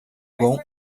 bom